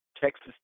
Texas